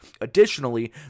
Additionally